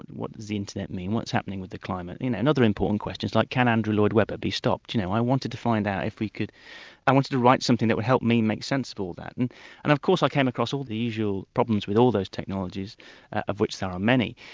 what does the internet mean, what's happening with the climate? you know, and other important questions, like can andrew lloyd weber be stopped? you know, i wanted to find out if you could i wanted to write something that would help me make sense of all that. and and of course i came across all the usual problems with all those technologies of which there are many.